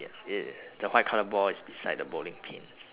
yeah the white colour ball is beside the bowling pins